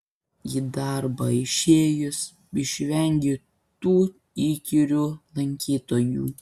į darbą išėjus išvengi tų įkyrių lankytojų